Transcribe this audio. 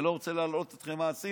ואני לא רוצה להלאות אתכם מה עשינו,